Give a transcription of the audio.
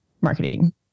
marketing